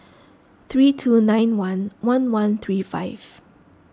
three two nine one one one three five